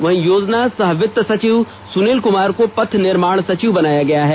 वहीं योजना सह वित्त सचिव सुनील को पथ निर्माण सचिव बनाया गया है